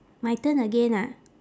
my turn again ah